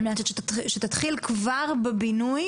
על מנת שתתחיל כבר בבינוי